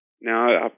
Now